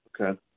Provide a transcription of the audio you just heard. Okay